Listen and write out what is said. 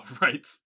right